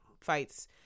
fights